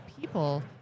people